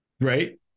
right